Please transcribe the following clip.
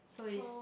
so is